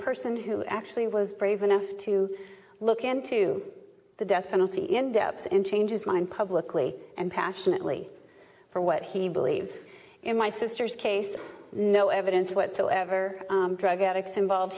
person who actually was brave enough to look into the death penalty in depth and change his mind publically and passionately for what he believes in my sister's case no evidence whatsoever drug addicts involved